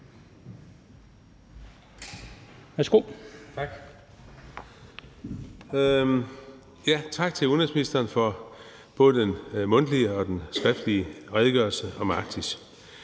Tak til udenrigsministeren for både den mundtlige og den skriftlige redegørelse om Arktis.